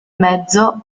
mezzo